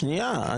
שנייה.